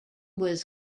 was